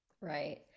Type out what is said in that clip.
right